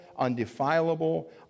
undefilable